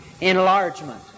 enlargement